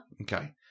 Okay